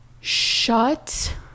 Shut